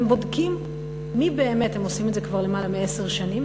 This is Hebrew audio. הם עושים את זה כבר למעלה מעשר שנים,